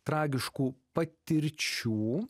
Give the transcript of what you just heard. tragiškų patirčių